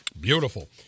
Beautiful